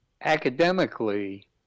academically